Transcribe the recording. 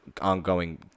ongoing